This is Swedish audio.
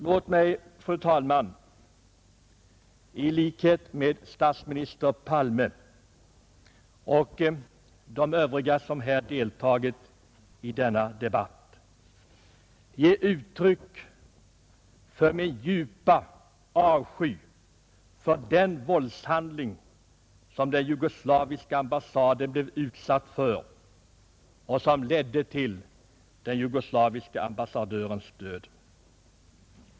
Låt mig, fru talman, i likhet med statsminister Palme och de övriga deltagarna i denna debatt uttala min djupa avsky för den våldshandling som den jugoslaviska ambassaden blev utsatt för och som ledde till den jugoslaviske ambassadörens död.